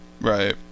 Right